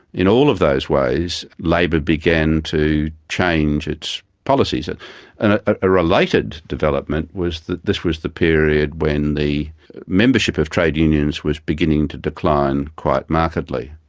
in all of those ways, labor began to change its policies. and a related development was that this was the period when the membership of trade unions was beginning to decline quite markedly.